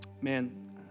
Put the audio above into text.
man